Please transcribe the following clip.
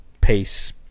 pace